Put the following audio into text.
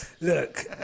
look